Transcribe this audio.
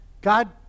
God